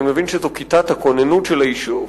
אני מבין שזו כיתת הכוננות של היישוב.